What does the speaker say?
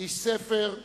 איש ספר,